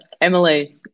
Emily